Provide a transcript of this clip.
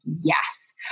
yes